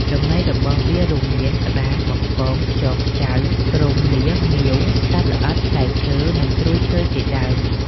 ចំណីរបស់វារួមមាន ក្តាម បង្កង ខ្យង ខ្ចៅ គ្រុំ លៀស ងាវ សត្វល្អិត ផ្លែឈើ និងត្រួយឈើជាដើម។